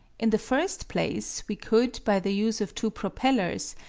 in the first place we could, by the use of two propellers,